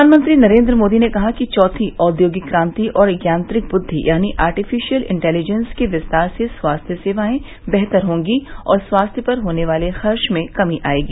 प्रधानमंत्री नरेन्द्र मोदी ने कहा है कि चौथी औद्योगिक क्रांति और यांत्रिक बुद्वि यानी आर्टीफिशियल इंटेलिजेंस के विस्तार से स्वास्थ्य सेवाएं बेहतर होंगी और स्वास्थ्य पर होने वाले खर्च में कमी आयेगी